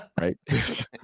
right